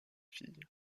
fille